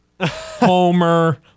Homer